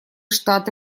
штаты